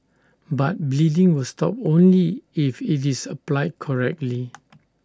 but bleeding will stop only if IT is applied correctly